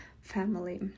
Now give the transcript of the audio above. family